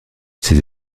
ses